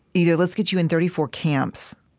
either let's get you in thirty four camps